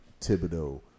Thibodeau